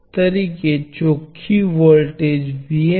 હવે આપણે મૂળભૂત બાબતો KCL અથવા તો KVL